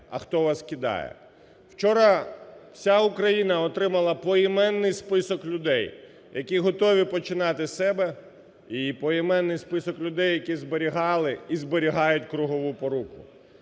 а хто вас кидає. Вчора вся Україна отримала поіменний список людей, які готові починати з себе і поіменний список людей, які зберігали і зберігають кругову поруку.